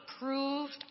approved